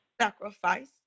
sacrifice